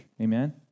Amen